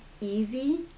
easy